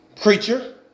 Preacher